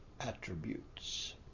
attributes